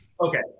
Okay